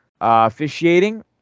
officiating